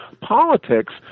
politics